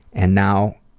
and now,